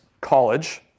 college